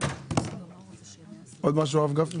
עוד משהו הרב גפני?